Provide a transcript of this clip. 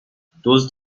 دزد